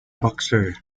boxer